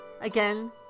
again